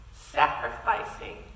sacrificing